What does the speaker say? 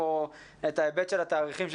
הישיבה ואני עוד חייב להסביר את ההיבט של התאריכים,